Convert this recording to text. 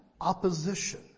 opposition